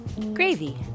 Gravy